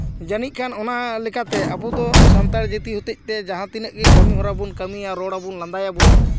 ᱡᱟᱹᱱᱤᱡ ᱠᱷᱟᱱ ᱚᱱᱟ ᱞᱮᱠᱟᱛᱮ ᱟᱵᱚ ᱫᱚ ᱥᱟᱱᱛᱟᱲ ᱡᱟᱹᱛᱤ ᱦᱚᱛᱮ ᱛᱮ ᱡᱟᱦᱟᱸ ᱛᱤᱱᱟᱹᱜ ᱜᱮ ᱠᱟᱹᱢᱤ ᱦᱚᱨᱟ ᱵᱚᱱ ᱠᱟᱹᱢᱤᱭᱟ ᱨᱚᱲ ᱟᱵᱚᱱ ᱞᱟᱸᱫᱟ ᱭᱟᱵᱚᱱ